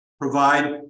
provide